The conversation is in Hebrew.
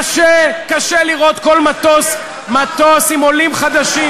קשה, קשה לראות כל מטוס, מטוס עם עולים חדשים,